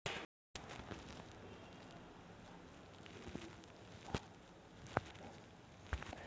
मड्डू किंवा मड्डा सिंचन प्रणाली ही शतकानुशतके जुनी विचित्र प्रकारची कालवा वाहिनी किंवा पाण्याची टाकी आहे